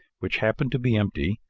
which happened to be empty,